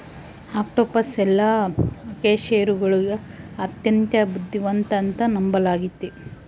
octopus ಎಲ್ಲಾ ಅಕಶೇರುಕಗುಳಗ ಅತ್ಯಂತ ಬುದ್ಧಿವಂತ ಅಂತ ನಂಬಲಾಗಿತೆ